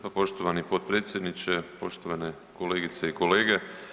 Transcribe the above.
Poštovani potpredsjedniče, poštovane kolegice i kolege.